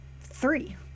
three